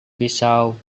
pisau